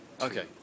okay